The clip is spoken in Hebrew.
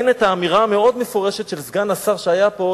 הן את האמירה המאוד-מפורשת של סגן השר שהיה פה,